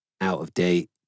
out-of-date